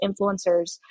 influencers